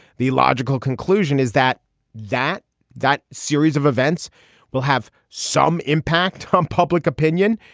the logical conclusion is that that that series of events will have some impact on public opinion.